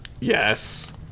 yes